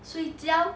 睡觉